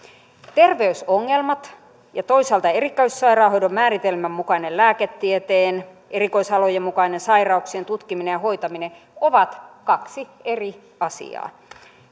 terveysongelmat ja toisaalta erikoissairaanhoidon määritelmän mukainen lääketieteen erikoisalojen mukainen sairauksien tutkiminen ja hoitaminen ovat kaksi eri asiaa